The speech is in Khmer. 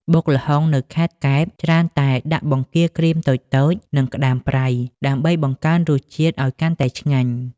បុកល្ហុងនៅខេត្តកែប ច្រើនតែដាក់បង្គាក្រៀមតូចៗ និងក្តាមប្រៃ ដើម្បីបង្កើនរសជាតិឱ្យកាន់តែឆ្ងាញ់។